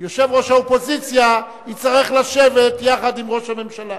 יושב-ראש האופוזיציה יצטרך לשבת יחד עם ראש הממשלה.